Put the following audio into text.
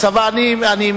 הצבא לא צריך